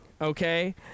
okay